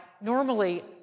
normally